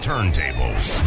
turntables